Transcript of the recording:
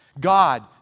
God